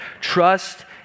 Trust